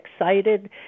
excited